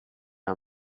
are